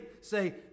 say